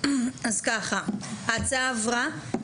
אז ככה: ההצעה עברה.